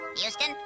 Houston